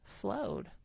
flowed